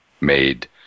made